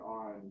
on